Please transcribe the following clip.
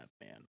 man